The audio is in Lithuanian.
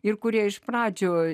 ir kurie iš pradžių